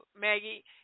Maggie